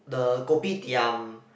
the kopitiam